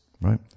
right